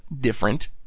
different